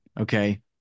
Okay